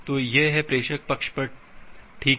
तो यह है कि प्रेषक पक्ष पर ठीक है